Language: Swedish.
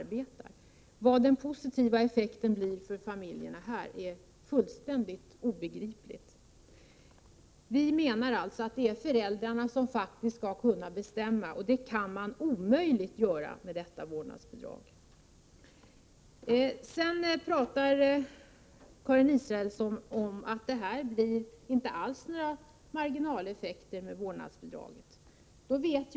Att det skulle bli en positiv effekt för föräldrarna är fullständigt obegripligt. Vi socialdemokrater menar alltså att det är föräldrarna som skall bestämma, och det kan de omöjligt göra med detta vårdnadsbidrag. Karin Israelsson talar om att det inte alls blir några marginaleffekter med vårdnadsbidraget.